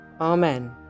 Amen